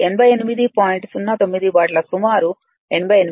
09 వాట్ల సుమారు 88 వాట్